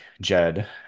Jed